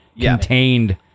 contained